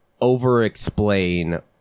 over-explain